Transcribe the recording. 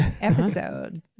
episode